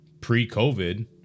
pre-COVID